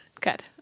good